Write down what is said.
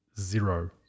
zero